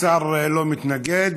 השר לא מתנגד,